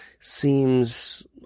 seems